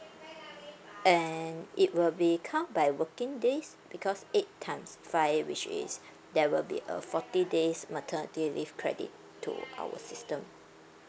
and it will be count by working days because eight times five which is there will be a forty days maternity leave credit to our system